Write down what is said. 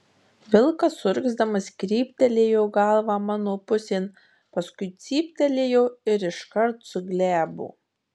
vilkas urgzdamas kryptelėjo galvą mano pusėn paskui cyptelėjo ir iškart suglebo